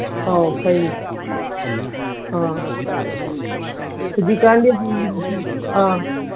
ꯑꯧ ꯐꯩ ꯑꯥ ꯍꯧꯖꯤꯛꯀꯥꯟꯗꯤ ꯑꯥ